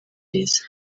byiza